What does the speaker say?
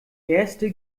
erste